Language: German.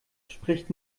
spricht